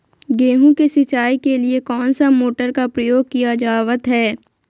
गेहूं के सिंचाई के लिए कौन सा मोटर का प्रयोग किया जावत है?